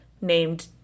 named